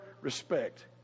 respect